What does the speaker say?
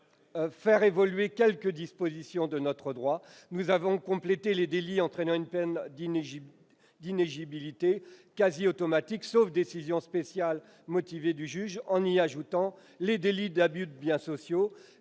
faire évoluer quelques dispositions de notre droit. Nous avons complété la liste des délits entraînant une peine d'inéligibilité quasi automatique, sauf décision spécialement motivée du juge, en y ajoutant le délit d'abus de biens sociaux,